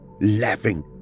Laughing